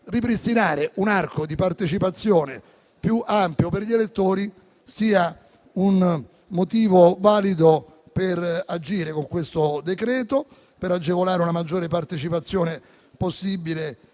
ripristinare un arco di partecipazione più ampio per gli elettori sia un motivo valido per agire con il decreto-legge in esame e per agevolare la maggiore partecipazione possibile